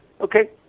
okay